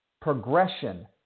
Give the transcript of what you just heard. progression